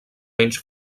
menys